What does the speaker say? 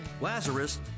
Lazarus